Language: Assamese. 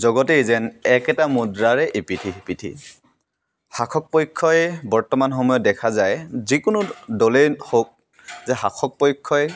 জগতেই যেন একেতা মুদ্ৰাৰে ইপিঠি সিপিঠি শাসক পক্ষই বৰ্তমান সময়ত দেখা যায় যিকোনো দলেই হওক যে শাসক পক্ষই